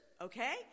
okay